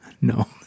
No